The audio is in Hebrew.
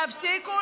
תפסיקו